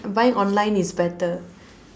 buying online is better